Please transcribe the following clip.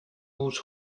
uus